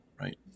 Right